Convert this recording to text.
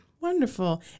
Wonderful